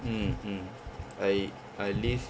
mm mm I I live